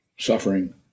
Suffering